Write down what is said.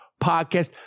podcast